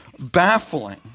baffling